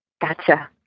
Gotcha